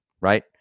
right